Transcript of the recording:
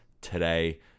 today